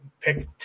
pick